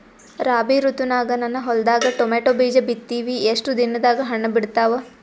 ರಾಬಿ ಋತುನಾಗ ನನ್ನ ಹೊಲದಾಗ ಟೊಮೇಟೊ ಬೀಜ ಬಿತ್ತಿವಿ, ಎಷ್ಟು ದಿನದಾಗ ಹಣ್ಣ ಬಿಡ್ತಾವ?